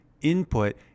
input